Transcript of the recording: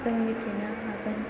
जों मिथिनो हागोन